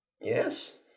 Yes